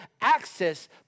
access